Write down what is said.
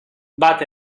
but